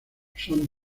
son